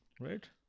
Right